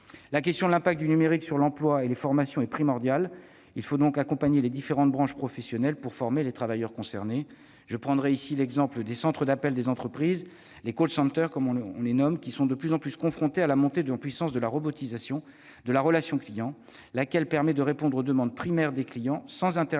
La question de l'impact du numérique sur l'emploi et les formations est primordiale ; il faut donc accompagner les différentes branches professionnelles pour former les travailleurs concernés. Je prendrai ici l'exemple des centres d'appel des entreprises, les, qui sont de plus en plus confrontés à la montée en puissance de la robotisation de la relation clients, laquelle permet de répondre aux demandes primaires des clients sans interaction